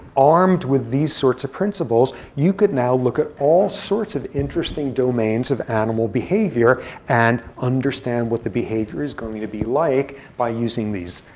armed with these sorts of principles, you could now look at all sorts of interesting domains of animal behavior and understand what the behavior is going to be like by using these.